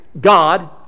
God